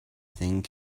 thing